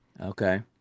Okay